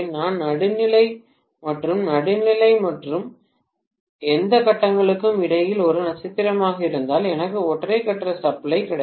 நான் நடுநிலை மற்றும் நடுநிலை மற்றும் எந்த கட்டங்களுக்கும் இடையில் ஒரு நட்சத்திரமாக இருந்தால் எனக்கு ஒற்றை கட்ட சப்ளை கிடைக்கும்